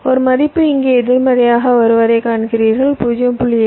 ஒரு மதிப்பு இங்கே எதிர்மறையாகி வருவதை காண்கிறீர்கள் 0